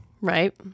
right